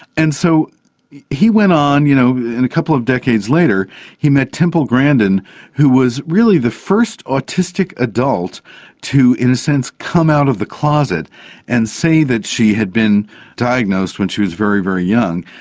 and so he went on you know and a couple of decades later he met temple grandin who was really the first autistic adult to, in a sense, come out of the closet and say that she had been diagnosed when she was very, very young.